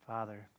Father